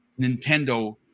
nintendo